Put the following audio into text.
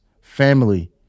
family